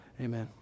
amen